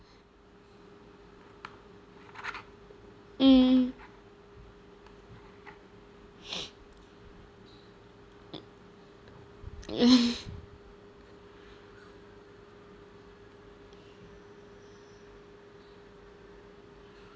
mm